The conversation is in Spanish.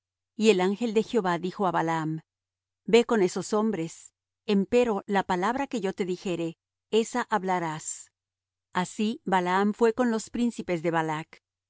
y el ángel de jehová dijo á balaam ve con esos hombres empero la palabra que yo te dijere esa hablarás así balaam fué con los príncipes de balac